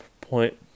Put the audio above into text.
point